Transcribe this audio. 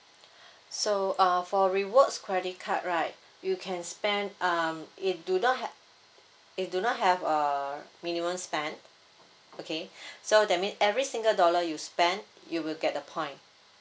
so uh for rewards credit card right you can spend um it do not ha~ it do not have a minimum spend okay so that mean every single dollar you spend you will get the point